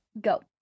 Go